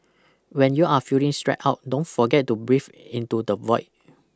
when you are feeling stressed out don't forget to breathe into the void